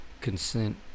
consent